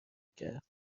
کرد